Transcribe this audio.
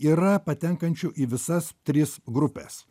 yra patenkančių į visas tris grupes